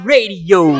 Radio